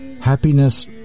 Happiness